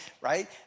right